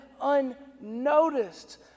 unnoticed